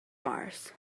mars